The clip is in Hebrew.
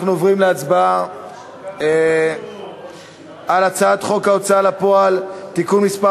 אנחנו עוברים להצבעה על הצעת חוק ההוצאה לפועל (תיקון מס'